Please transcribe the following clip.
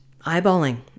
eyeballing